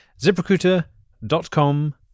ZipRecruiter.com